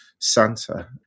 Santa